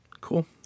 Cool